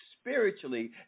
spiritually